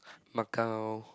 Macau